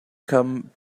come